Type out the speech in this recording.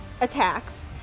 attacks